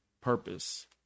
purpose